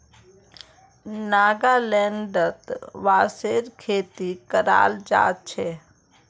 नागालैंडत बांसेर खेती कराल जा छे